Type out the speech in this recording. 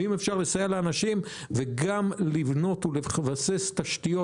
אם אפשר גם לסייע לאנשים וגם לבנות ולבסס תשתיות